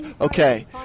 Okay